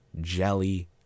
jelly